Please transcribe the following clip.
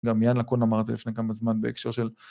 גם יאן לקון אמר את זה לפני כמה זמן בהקשר של...